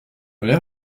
mère